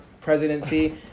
presidency